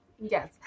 Yes